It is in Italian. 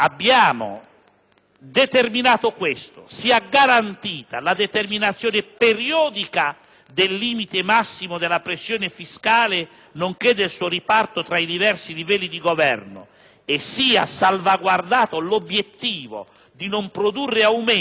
del limite massimo della pressione fiscale nonché del suo riparto tra i diversi livelli di governo e sia salvaguardato l'obiettivo di non produrre aumenti della pressione fiscale complessiva anche nel corso della fase transitoria».